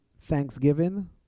thanksgiving